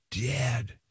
dead